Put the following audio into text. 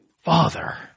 father